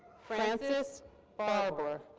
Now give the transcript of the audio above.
francis barbour.